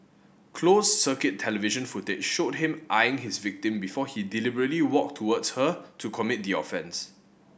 closed circuit television footage showed him eyeing his victim before he deliberately walked towards her to commit the offence